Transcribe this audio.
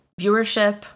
viewership